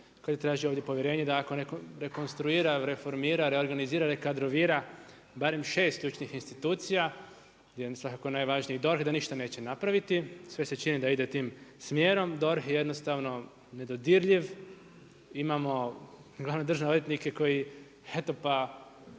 koji traži ovdje povjerenje, da ako netko rekonstruira, reformira, reorganizira, rekadrovira, barem 6 ključnih institucija, jedna je svakako od najvažnijih DORH, da ništa neće napraviti, sve se čini da ide tim smjerom. DORH je jednostavno nedodirljiv, imamo glavne državne odvjetnike koji eto pa